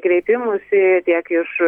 kreipimųsi tiek iš